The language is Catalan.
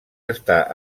està